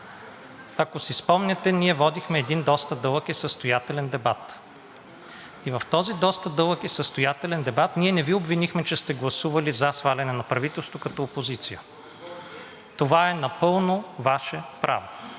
ако си спомняте, ние водихме един доста дълъг, състоятелен дебат и в този доста дълъг и състоятелен дебат ние не Ви обвинихме, че сте гласували за свалянето на правителството като опозиция. Това е напълно Ваше право,